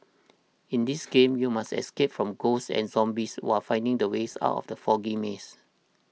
in this game you must escape from ghosts and zombies while finding the ways out of the foggy maze